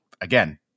again